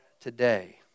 today